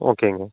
ஓகேங்க